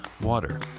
water